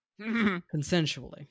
Consensually